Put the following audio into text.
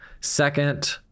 Second